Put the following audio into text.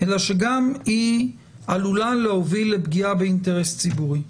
אלא שגם היא עלולה להוביל לפגיעה באינטרס ציבורי.